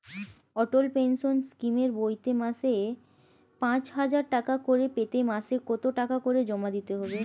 অটল pension স্কিমের বইতে মাসে পাঁচ হাজার টাকা করে পেতে মাসে কত টাকা করে জমা দিতে হবে?